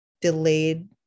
delayed